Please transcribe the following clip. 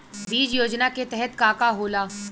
बीज योजना के तहत का का होला?